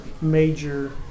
major